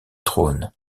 trône